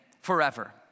forever